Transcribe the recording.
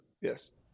yes